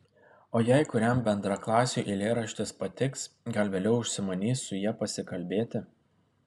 o jei kuriam bendraklasiui eilėraštis patiks gal vėliau užsimanys su ja pasikalbėti